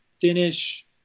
finish